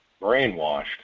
brainwashed